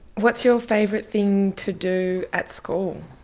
what's your favourite thing to do at school?